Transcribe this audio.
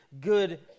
good